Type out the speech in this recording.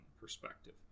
perspective